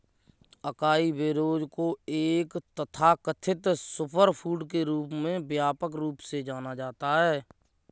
acai berries को एक तथाकथित सुपरफूड के रूप में व्यापक रूप से जाना जाता है